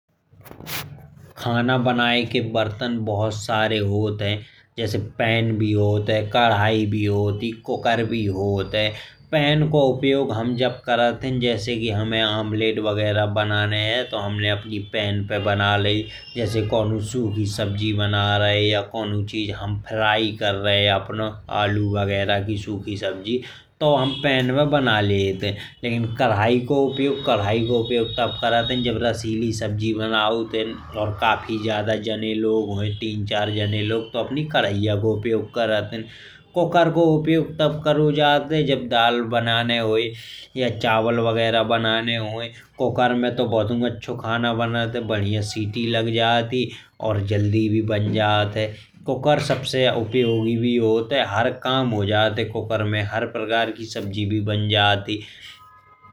खाना बनाये के बरतन बहुत सारे होत हैं जैसे पैन भी होत हैं। कढ़ाई भी होत ही कुकर भी होत है। पैन को उपयोग हम जब करतें जैसे कि हमें आमलेट वगैरह बनाने हैं। तो हमने अपनी पैन पर बना लाई जैसे कौन्हौ सूखी सब्जी बना रहे या कौन्हौ चीज हम फ्राई कर रहे। अपनो आलू वगैरह की सूखी सब्जी तो पैन में बना लेते हैं। लेकिन कढ़ाई को उपयोग तब करात हैं जब रसीली सब्जी बनात हैं। काफी ज्यादा जाने लोग हुए तीन चार जाने लोग तो अपनी कढ़ाई का उपयोग करात हैं। कुकर को उपयोग तब करौ जात है। जब दाल बनाने होए या चावल बगैरा बनाने होए कुकर में तो बहुतेय अच्छा खाना बनात है। बढ़िया सीटी लग जात ही और जल्दी भी बन जात है कुकर सबसे उपयोगी भी होत है। हर काम हो जात है कुकर में हर प्रकार की सब्जी भी बन जात ही।